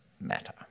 matter